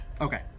Okay